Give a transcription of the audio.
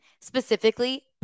specifically